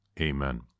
Amen